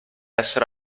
essere